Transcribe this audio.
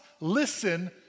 listen